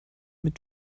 mit